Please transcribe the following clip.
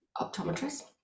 optometrist